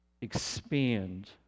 expand